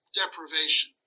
deprivation